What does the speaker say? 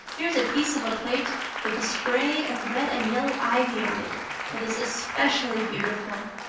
there's a piece of a plate with a spray of red and yellow ivy on it that is especially beautiful.